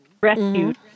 rescued